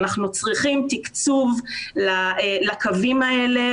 אנחנו צריכים תקצוב לקווים האלה,